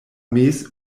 mez